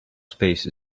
space